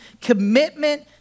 commitment